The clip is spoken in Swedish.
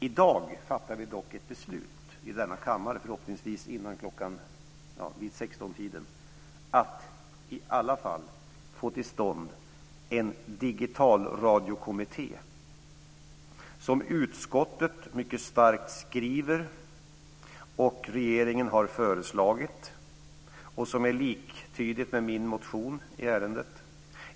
I dag fattar vi dock ett beslut i denna kammare, förhoppningsvis vid 16-tiden, om att i alla fall få till stånd en digitalradiokommitté, som utskottet mycket starkt skriver, som regeringen har föreslagit och som är liktydigt med min motion i ärendet.